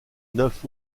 neuf